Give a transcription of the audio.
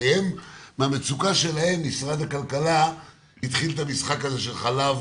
הרי מהמצוקה שלהם משרד הכלכלה התחיל את המשחק של חלב,